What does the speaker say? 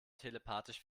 telepathisch